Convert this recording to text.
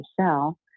sell